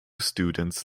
students